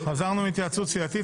חזרנו מתייעצות סיעתית.